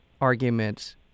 arguments